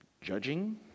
judging